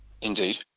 Indeed